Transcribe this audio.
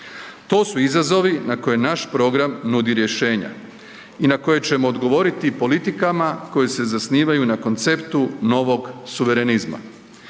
To su izazovi na koje naš program nudi rješenja i na koje ćemo odgovoriti politikama koje se zasnivaju na konceptu novog suverenizma,